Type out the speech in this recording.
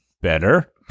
Better